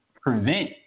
prevent